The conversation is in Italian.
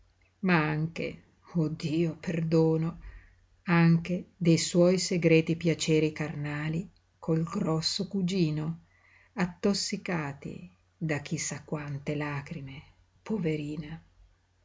ma anche oh dio perdono anche de suoi segreti piaceri carnali col grosso cugino attossicati da chi sa quante lagrime poverina